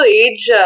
age